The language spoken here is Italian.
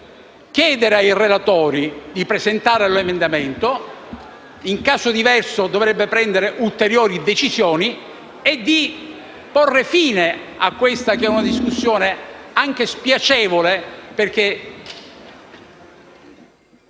chiedere ai relatori di presentare l'emendamento (in caso diverso, dovrebbe prendere ulteriori decisioni) e porre fine a questa discussione. Si tratta di una discussione anche spiacevole, perché